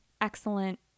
excellent